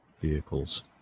vehicle's